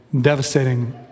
devastating